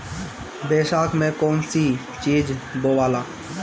बैसाख मे कौन चीज बोवाला?